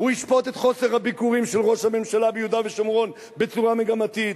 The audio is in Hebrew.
הוא ישפוט את חוסר הביקורים של ראש הממשלה ביהודה ושומרון בצורה מגמתית,